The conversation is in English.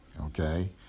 okay